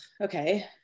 okay